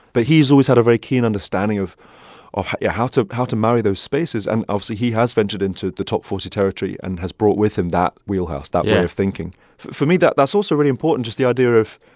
but he's always had a very keen understanding of of yeah how to how to marry those spaces, and obviously, he has ventured into the top forty territory and has brought with him that wheelhouse. yeah. that way of thinking. for me, that's also really important just the idea of,